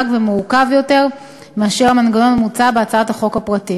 ומורכב יותר מהמנגנון המוצע בהצעת החוק הפרטית.